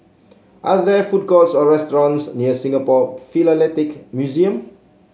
are there food courts or restaurants near Singapore Philatelic Museum